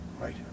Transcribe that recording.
Right